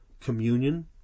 communion